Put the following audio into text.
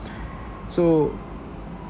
so